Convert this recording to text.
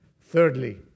Thirdly